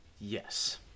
yes